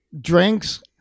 Drinks